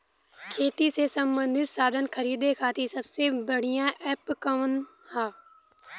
खेती से सबंधित साधन खरीदे खाती सबसे बढ़ियां एप कवन ह?